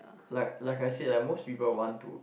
like like I say like most people want to